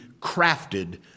crafted